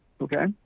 okay